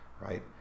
right